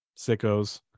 sickos